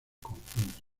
conjunto